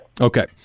okay